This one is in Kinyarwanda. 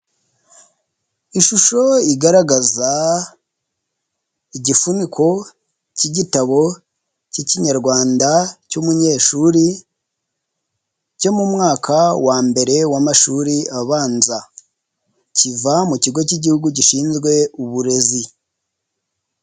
Ishusho igaragaza igifuniko cy'igitabo cy'ikinyarwanda cy'umunyeshuri cyo mu mwaka wa mbere w'amashuri abanza, kiva mu kigo cy'igihugu gishinzwe uburezi.